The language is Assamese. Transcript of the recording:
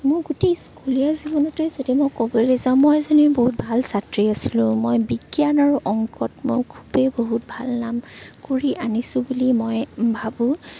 মোৰ গোটেই স্কুলীয়া জীৱনতে যদি মই ক'বলৈ যাওঁ মই এজনী বহুত ভাল ছাত্ৰী আছিলোঁ মই বিজ্ঞান আৰু অংকত মই খুবেই ভাল নাম কৰি আনিছোঁ বুলি মই ভাবোঁঁ